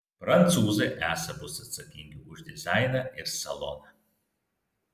prancūzai esą bus atsakingi už dizainą ir saloną